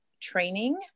training